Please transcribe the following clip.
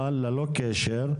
אבל ללא קשר,